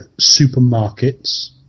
supermarkets